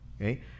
okay